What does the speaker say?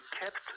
kept